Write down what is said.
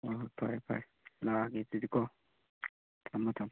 ꯍꯣꯏ ꯍꯣꯏ ꯐꯔꯦ ꯐꯔꯦ ꯂꯥꯛꯑꯒꯦ ꯑꯗꯨꯗꯤꯀꯣ ꯊꯝꯃꯣ ꯊꯝꯃꯣ